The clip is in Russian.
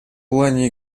плане